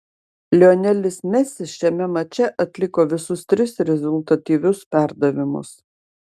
lionelis messi šiame mače atliko visus tris rezultatyvius perdavimus